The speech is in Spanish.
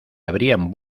habrían